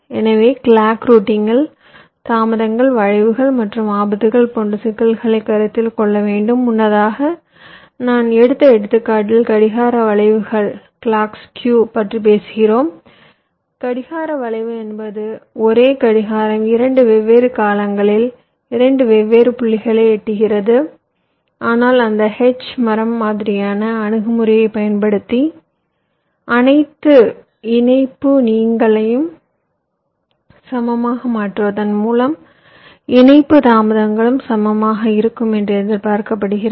எனவே கிளாக் ரூட்டிங்கில் தாமதங்கள் வளைவுகள் மற்றும் ஆபத்துகள் போன்ற சிக்கல்களைக் கருத்தில் கொள்ள வேண்டும் முன்னதாக நான் எடுத்த எடுத்துக்காட்டில் கடிகார வளைவுகளைப் பற்றி பேசுகிறோம் கடிகார வளைவு என்பது ஒரே கடிகாரம் 2 வெவ்வேறு காலங்களில் 2 வெவ்வேறு புள்ளிகளை எட்டுகிறது ஆனால் அந்த H மரம் மாதிரியான அணுகுமுறையைப் பயன்படுத்தி அனைத்து இணைப்பு நீளங்களையும் சமமாக மாற்றுவதன் மூலம் இணைப்பு தாமதங்களும் சமமாக இருக்கும் என்று எதிர்பார்க்கப்படுகிறது